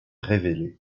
révélée